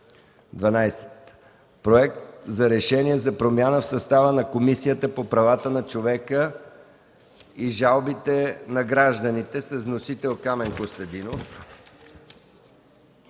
12. Проект за решение за промяна в състава на Комисията по правата на човека и жалбите на гражданите. Вносител е Камен Костадинов.